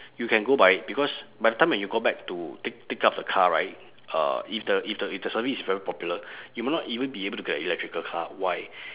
you can go buy it because by the time when you go back to take take up the car right uh if the if the if the service is very popular you will not even be able to get a electrical car why